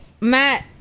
Matt